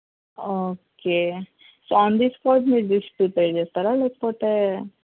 okay so on the spot మీరు dish prepare చేస్తారా లేకపోతే